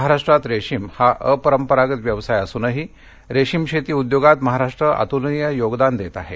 महाराष्ट्रात रेशीम हा अपरपंरागत व्यवसाय असूनही रेशीम शेती उद्योगात महाराष्ट्र अतुलनीय योगदान देत आहे